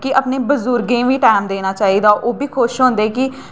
कि अपने बुजर्गें गी बी टैम देना चाहिदा ओह् बी खुश होंदे कि